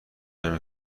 نمی